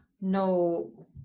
no